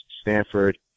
Stanford